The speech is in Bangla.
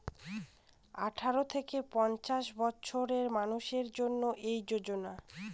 আঠারো থেকে পঞ্চাশ বছরের মানুষের জন্য এই যোজনা